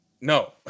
no